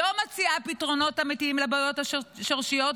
לא מציעה פתרונות אמיתיים לבעיות השורשיות,